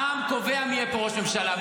העם קובע מי יהיה פה ראש ממשלה,